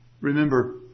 remember